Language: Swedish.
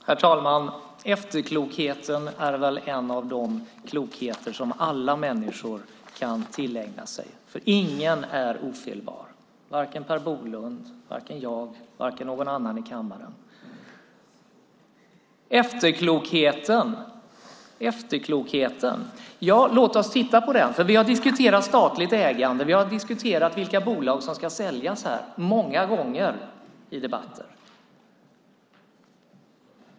Herr talman! Efterklokheten är väl en av de klokheter som alla människor kan tillägna sig. Ingen är ofelbar - varken Per Bolund eller jag eller någon annan i kammaren. Vi har många gånger diskuterat statligt ägande och vilka bolag som ska säljas.